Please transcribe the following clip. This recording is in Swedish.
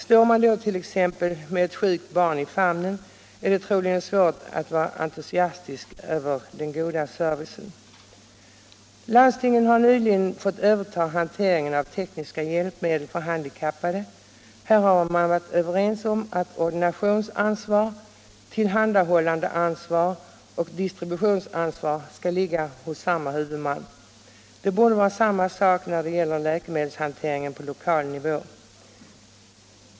Står man då t.ex. med ett sjukt barn i famnen, är det troligen svårt att vara entusiastisk över den goda servicen. Landstingen har nyligen fått överta hanteringen av tekniska hjälpmedel för handikappade. Här har man varit överens om att ordinationsansvar, tillhandahållandeansvar och distributionsansvar skall ligga hos samma huvudman. Det borde vara samma sak när det gäller läkemedelshanteringen på lokal nivå.